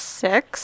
six